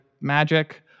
magic